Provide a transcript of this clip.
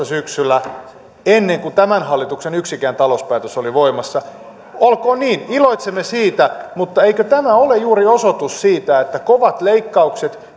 syksyllä kaksituhattaviisitoista ennen kuin tämän hallituksen yksikään talouspäätös oli voimassa olkoon niin iloitsemme siitä mutta eikö tämä ole juuri osoitus siitä että kovat leikkaukset